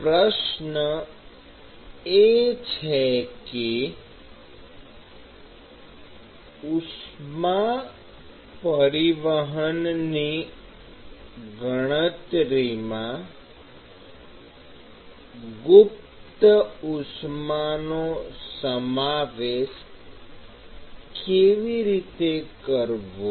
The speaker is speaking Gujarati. પ્રશ્ન એ છે કે ઉષ્મા પરિવહનની ગણતરીમાં ગુપ્ત ઉષ્માનો સમાવેશ કેવી રીતે કરવો